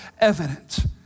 evident